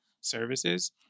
services